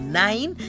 nine